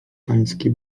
pańskie